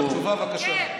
את רוצה תשובה, בבקשה.